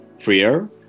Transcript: freer